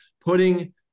Putting